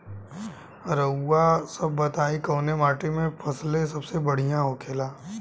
रउआ सभ बताई कवने माटी में फसले सबसे बढ़ियां होखेला?